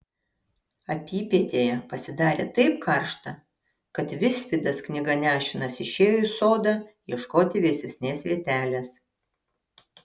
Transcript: apypietėje pasidarė taip karšta kad visvydas knyga nešinas išėjo į sodą ieškoti vėsesnės vietelės